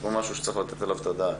זה משהו שצריך לתת עליו את הדעת,